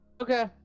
Okay